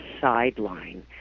sideline